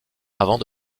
avant